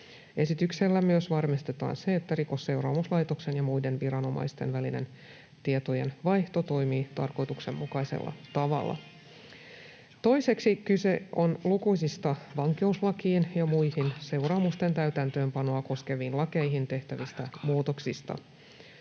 Esityksellä myös varmistetaan se, että Rikosseuraamuslaitoksen ja muiden viranomaisten välinen tietojenvaihto toimii tarkoituksenmukaisella tavalla. Toiseksi kyse on lukuisista vankeuslakiin ja muihin seuraamusten täytäntöönpanoa koskeviin lakeihin tehtävistä muutoksista.